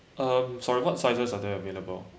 um sorry what sizes are there available